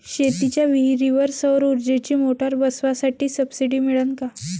शेतीच्या विहीरीवर सौर ऊर्जेची मोटार बसवासाठी सबसीडी मिळन का?